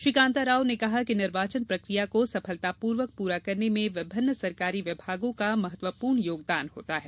श्री कांता राव ने कहा कि निर्वाचन प्रक्रिया को सफलतापूर्वक पूरा करने में विभिन्न सरकारी विभागों का महत्वपूर्ण योगदान होता है